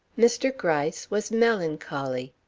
mr. gryce was melancholy.